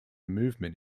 movement